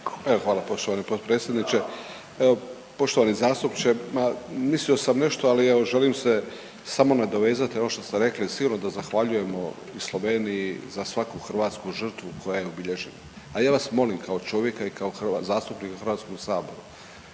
hvala poštovani potpredsjedniče. Evo, poštovani zastupniče, ma, mislio sam nešto, ali evo želim se samo nadovezati na ono što ste rekli, sigurno da zahvaljujemo Sloveniji za svaku hrvatsku žrtvu koja je obilježena. A ja vas molim kao čovjeka i kao zastupnika u